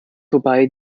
vorbei